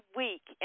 week